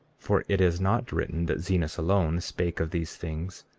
for it is not written that zenos alone spake of these things,